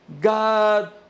god